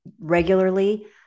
regularly